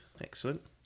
Excellent